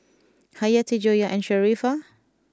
Hayati Joyah and Sharifah